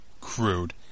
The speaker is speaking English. crude